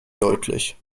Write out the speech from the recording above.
deutlich